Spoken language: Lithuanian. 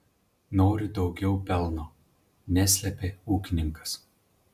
noriu daugiau pelno neslėpė ūkininkas